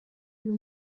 uyu